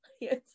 yes